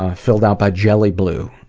ah filled out by jelly blue,